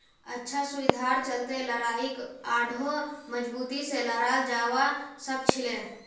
अच्छा सुविधार चलते लड़ाईक आढ़ौ मजबूती से लड़ाल जवा सखछिले